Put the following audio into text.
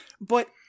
But-